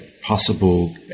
possible